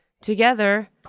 together